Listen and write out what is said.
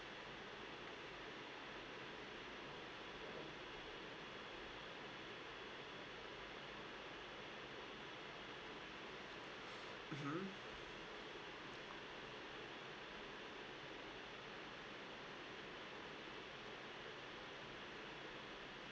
mmhmm